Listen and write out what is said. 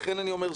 לכן אני אומר,